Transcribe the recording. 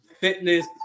fitness